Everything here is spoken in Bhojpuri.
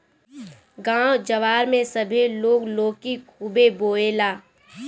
गांव जवार में सभे लोग लौकी खुबे बोएला